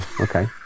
Okay